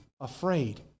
afraid